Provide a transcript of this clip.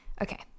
Okay